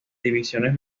divisiones